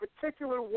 particular –